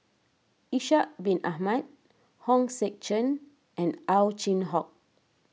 Ishak Bin Ahmad Hong Sek Chern and Ow Chin Hock